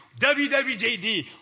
WWJD